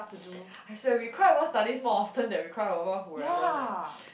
I swear we cry over studies more often than we cry over whoever sia